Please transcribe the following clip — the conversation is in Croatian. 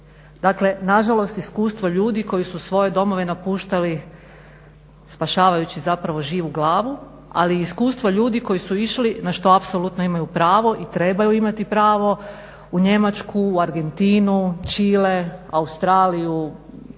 Dakle, na žalost iskustvo ljudi koji su svoje domove napuštali spašavajući zapravo živu glavu, ali i iskustva ljudi koji su išli na što apsolutno imaju pravo i trebaju imati pravo u Njemačku, u Argentinu, Čile, Australiju, tko